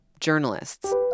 Journalists